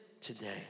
today